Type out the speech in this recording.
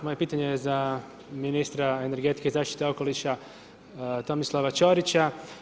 Moje pitanje za ministra energetike i zaštite okoliša Tomislava Ćorića.